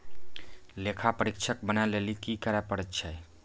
लेखा परीक्षक बनै लेली कि करै पड़ै छै?